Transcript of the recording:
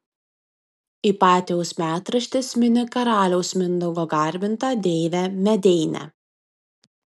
ipatijaus metraštis mini karaliaus mindaugo garbintą deivę medeinę